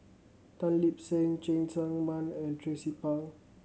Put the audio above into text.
Tan Lip Seng Cheng Tsang Man and Tracie Pang